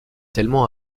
tellement